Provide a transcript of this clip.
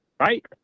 Right